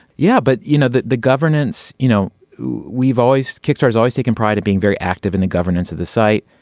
yeah but you know that the governance you know we've always kickstarter always say can prior to being very active in the governance of the site.